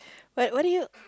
but why do you